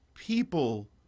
people